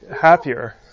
happier